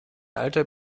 alter